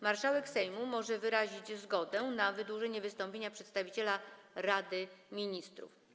Marszałek Sejmu może wyrazić zgodę na wydłużenie wystąpienia przedstawiciela Rady Ministrów.